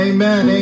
Amen